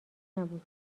نبود